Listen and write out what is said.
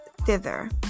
Thither